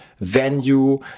venue